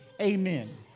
Amen